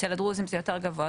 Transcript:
אצל הדרוזים זה יותר גבוה,